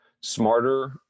smarter